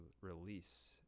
release